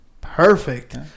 perfect